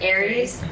Aries